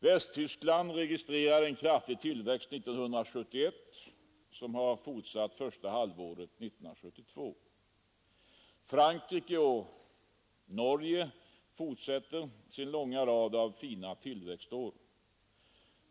Västtyskland registrerade en kraftig tillväxt 1971, och den har fortsatt under första halvåret 1972. Frankrike och Norge fortsätter sin långa rad av fina tillväxtår.